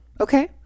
Okay